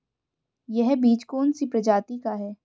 यह बीज कौन सी प्रजाति का है?